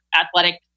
athletic